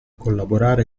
collaborare